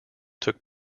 took